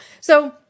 So-